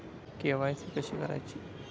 KYC कशी करायची?